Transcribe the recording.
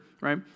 right